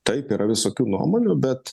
taip yra visokių nuomonių bet